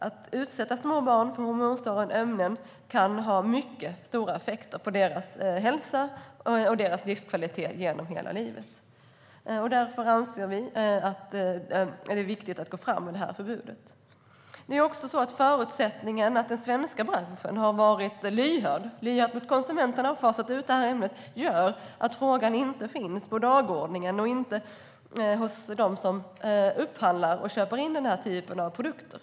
Att utsätta små barn för hormonstörande ämnen kan få mycket stora effekter på deras hälsa och livskvalitet genom hela livet. Därför anser vi att det är viktigt att gå fram med det här förbudet. Den svenska branschen har varit lyhörd mot konsumenterna och har därför fasat ut det här ämnet. Den förutsättningen leder till att frågan inte finns på dagordningen och alltså inte heller hos dem som upphandlar och köper in den här typen av produkter.